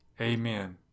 amen